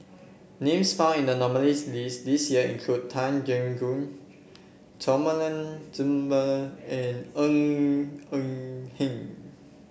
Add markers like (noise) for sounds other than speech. names found in the nominees' list this year include Tan Keong Choon (unintelligible) and Ng Eng Hen